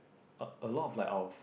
a a lot of like our f~